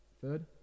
third